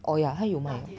oh ya 它有卖